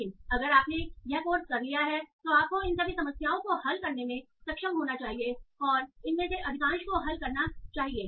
लेकिन अगर आपने यह कोर्स कर लिया है तो आपको इन सभी समस्याओं को हल करने में सक्षम होना चाहिए और इनमें से अधिकांश को हल करना चाहिए